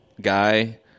guy